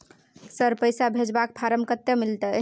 Sir, पैसा भेजबाक form कत्ते मिलत?